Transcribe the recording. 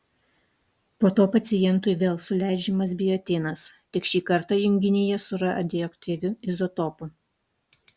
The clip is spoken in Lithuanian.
po to pacientui vėl suleidžiamas biotinas tik šį kartą junginyje su radioaktyviu izotopu